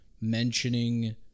mentioning